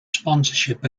sponsorship